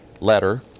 letter